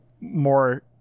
more